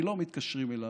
כי לא מתקשרים אליו.